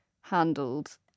handled